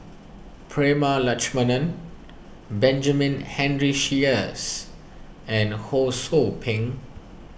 Prema Letchumanan Benjamin Henry Sheares and Ho Sou Ping